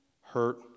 hurt